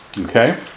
Okay